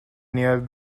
near